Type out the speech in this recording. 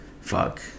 Fuck